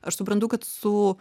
aš suprantu kad su